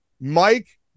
Mike